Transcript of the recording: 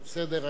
בסדר הגעתם.